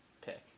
pick